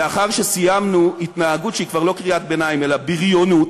לאחר שסיימנו התנהגות שהיא כבר לא קריאת ביניים אלא בריונות,